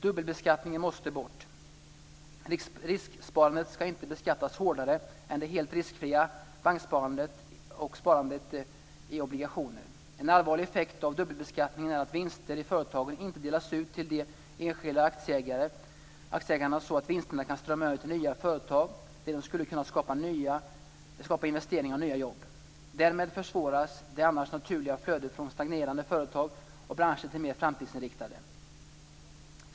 Dubbelbeskattningen måste bort. Risksparande skall inte beskattas hårdare än det helt riskfria banksparandet och sparandet i obligationer. En allvarlig effekt av dubbelbeskattningen är att vinster i företagen inte delas ut till de enskilda aktieägarna så att vinster kan strömma över till nya företag där de skulle kunna skapa investeringar och nya jobb. Därmed försvåras det annars naturliga flödet från stagnerande företag och branscher till mer framtidsinriktade.